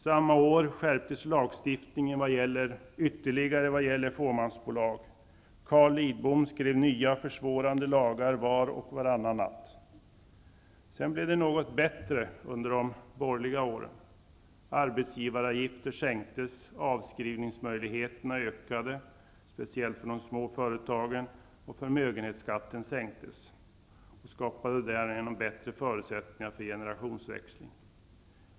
Samma år skärptes lagstiftningen ytterligare vad gäller fåmansbolag. Carl Lidbom skrev nya och försvårande lagar var och varannan natt. Sedan blev det något bättre under de borgerliga åren. Arbetsgivaravgifter sänktes, avskrivningsmöjligheterna ökade, speciellt för de små företagen, och förmögenhetsskatten sänktes. Det skapade bättre förutsättningar för generationsväxlingar.